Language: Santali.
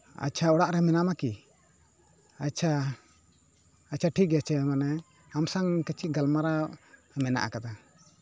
ᱟᱪᱪᱷᱟ ᱚᱲᱟᱜ ᱨᱮ ᱢᱮᱱᱟᱢᱟ ᱠᱤ ᱟᱪᱪᱷᱟ ᱟᱪᱪᱷᱟ ᱴᱷᱤᱠ ᱟᱪᱷᱮ ᱢᱟᱱᱮ ᱟᱢ ᱥᱟᱶ ᱠᱟᱹᱴᱤᱡ ᱜᱟᱞᱢᱟᱨᱟᱣ ᱢᱮᱱᱟᱜ ᱟᱠᱟᱫᱟ